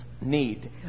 need